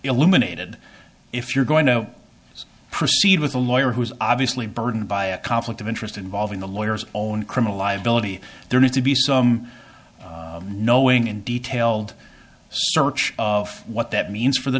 illuminated if you're going to proceed with a lawyer who is obviously burdened by a conflict of interest involving the lawyers own criminal liability there needs to be some knowing and detailed search of what that means for the